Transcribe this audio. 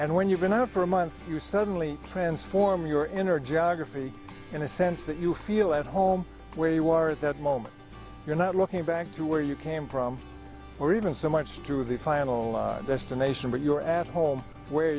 and when you've been out for a month you suddenly transform your inner jogger feet in a sense that you feel at home where you are at that moment you're not looking back to where you came from or even so much through the final destination but you're at home where